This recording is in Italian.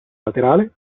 laterale